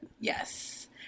yes